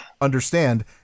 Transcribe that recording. understand